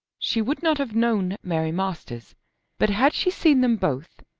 she would not have known mary masters but had she seen them both,